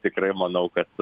tikrai manau kad